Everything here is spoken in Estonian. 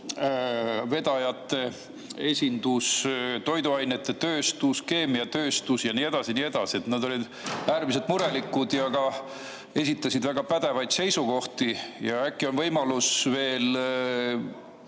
autovedajate esindus, toiduainetööstus, keemiatööstus ja teised. Nad olid äärmiselt murelikud ja esitasid väga pädevaid seisukohti. Äkki on võimalik veel